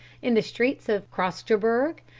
in the streets of kroskjoberg,